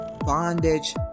Bondage